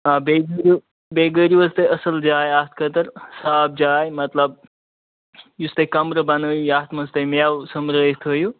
آ بیٚیہِ حظ کٔریو بیٚیہِ کٔریو حظ تُہۍ اَصٕل جاے اَتھ خٲطٔر صاف جاے مطلب یُس تُہۍ کَمرٕ بَنٲوِو یَتھ منٛز تُہۍ مٮ۪وٕ سُمبرٲوِتھ تھٲوِو